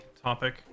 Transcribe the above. topic